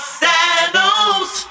saddles